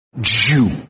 Jew